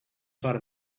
fora